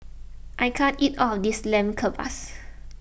I can't eat all of this Lamb Kebabs